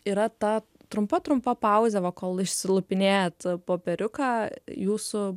yra ta trumpa trumpa pauzė va kol išsilupinėjat popieriuką jūsų